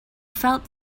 felt